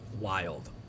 wild